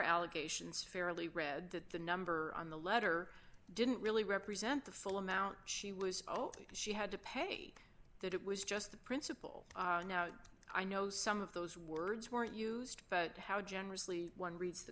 allegations fairly read that the number on the letter didn't really represent the full amount she was oh she had to pay that it was just the principle i know some of those words weren't used but how generously one reads the